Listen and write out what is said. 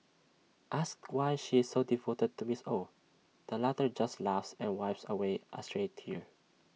asked why she is so devoted to miss Ow the latter just laughs and wipes away A stray tear